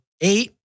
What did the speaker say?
eight